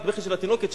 הבכי של התינוקת,